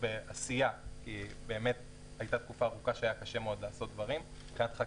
בעשייה כי באמת הייתה תקופה ארוכה שהיה קשה מאוד לעשות דברים וחקיקה.